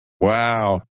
Wow